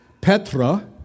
Petra